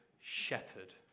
shepherd